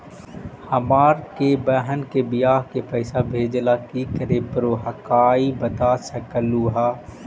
हमार के बह्र के बियाह के पैसा भेजे ला की करे परो हकाई बता सकलुहा?